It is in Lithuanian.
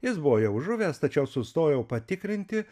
jis buvo jau žuvęs tačiau sustojau patikrinti